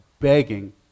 begging